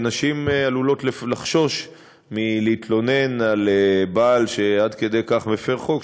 נשים עלולות לחשוש להתלונן על בעל שהוא עד כדי כך מפר חוק,